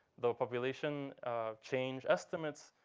the population change estimates